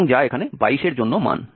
এবং যা এখানে 22 এর জন্য মান